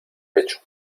pecho